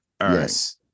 Yes